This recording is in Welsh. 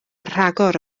rhagor